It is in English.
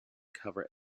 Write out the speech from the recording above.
covers